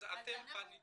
אז אתם פניתם?